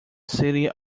city